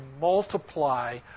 multiply